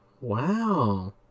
Wow